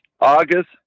August